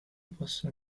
possono